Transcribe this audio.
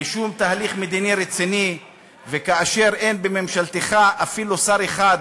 לשום תהליך מדיני רציני וכאשר אין בממשלתך אפילו שר אחד